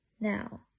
now